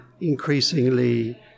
increasingly